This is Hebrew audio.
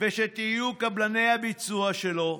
ותהיו קבלני הביצוע שלו.